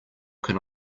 can